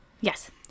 Yes